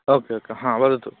okay okay हा वदतु